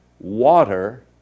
water